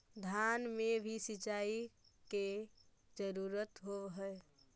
धान मे भी सिंचाई के जरूरत होब्हय?